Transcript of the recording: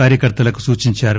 కార్యకర్తలకు సూచించారు